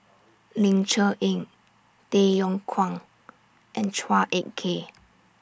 Ling Cher Eng Tay Yong Kwang and Chua Ek Kay